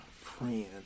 friend